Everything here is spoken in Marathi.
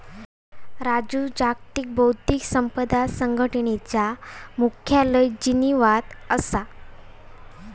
राजू जागतिक बौध्दिक संपदा संघटनेचा मुख्यालय जिनीवात असा